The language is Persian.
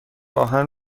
آهن